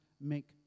make